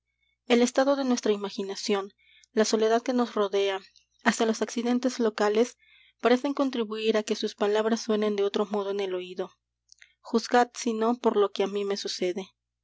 el estado de nuestra imaginación la soledad que nos rodea hasta los accidentes locales parecen contribuir á que sus palabras suenen de otro modo en el oído juzgad si no por lo que á mí me sucede